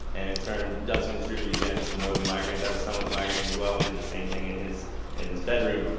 an intern does contribute again, so tomorrow the migraines. i have a son with migraines as well we did the same thing in his in his bedroom.